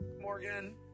Morgan